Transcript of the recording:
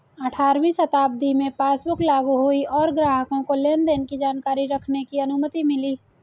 अठारहवीं शताब्दी में पासबुक लागु हुई और ग्राहकों को लेनदेन की जानकारी रखने की अनुमति मिली